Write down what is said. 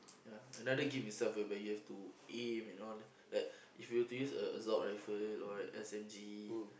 ya another game itself whereby you have to aim and all like if you were to use a assault-ifle or S_M_G